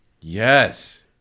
yes